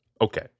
Okay